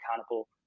accountable